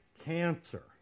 cancer